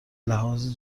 لحاظ